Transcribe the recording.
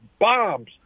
bombs